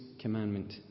commandment